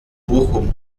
bochum